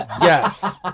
Yes